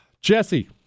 Jesse